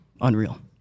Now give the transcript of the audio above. Unreal